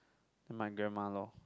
my grandma lor